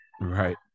Right